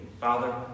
Father